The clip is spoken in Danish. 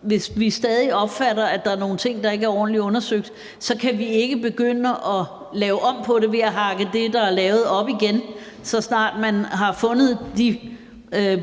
Hvis vi stadig opfatter det sådan, at der er nogle ting, der ikke er ordentligt undersøgt, kan vi ikke begynde at lave om på det ved at hakke det, der er lavet, op igen, så snart vi har fundet de